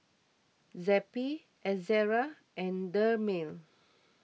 Zappy Ezerra and Dermale